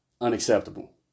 Unacceptable